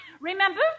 Remember